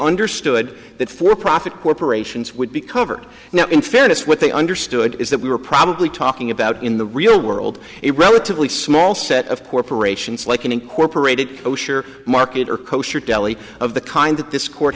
understood that for profit corporations would be covered now in fairness what they understood is that we were probably talking about in the real world it relatively small set of corporations like an incorporated oh sure market or kosher deli of the kind